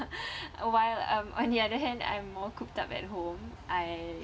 while um on the other hand I'm more cooped up at home I